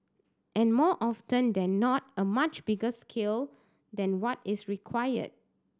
and more often than not a much bigger scale than what is required